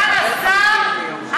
סגן השר,